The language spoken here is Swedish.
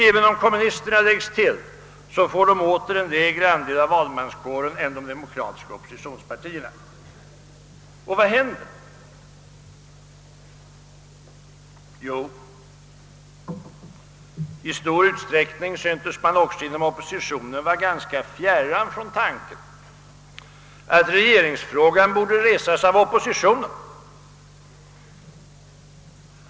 även om kommunisterna läggs till, får de åter en mindre andel av valmanskåren än de demokratiska oppositionspartierna. Och vad händer? I stor utsträckning syntes man också inom oppositionen vara ganska fjärran från tanken att regeringsfrågan borde resas av oppositionen.